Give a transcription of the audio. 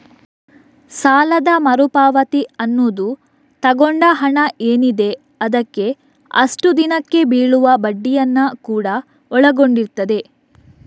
ಸಾಲದ ಮರು ಪಾವತಿ ಅನ್ನುದು ತಗೊಂಡ ಹಣ ಏನಿದೆ ಅದಕ್ಕೆ ಅಷ್ಟು ದಿನಕ್ಕೆ ಬೀಳುವ ಬಡ್ಡಿಯನ್ನ ಕೂಡಾ ಒಳಗೊಂಡಿರ್ತದೆ